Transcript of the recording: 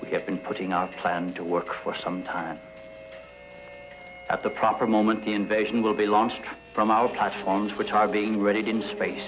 we have been putting our plan to work for some time at the proper moment the invasion will be launched from our platforms which are being readied in space